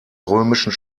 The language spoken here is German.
römischen